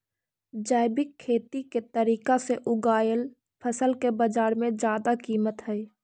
जैविक खेती के तरीका से उगाएल फसल के बाजार में जादा कीमत हई